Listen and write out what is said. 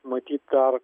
matyt dar